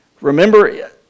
Remember